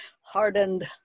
hardened